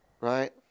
right